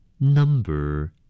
Number